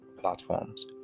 platforms